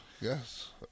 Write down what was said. Yes